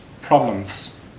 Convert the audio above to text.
problems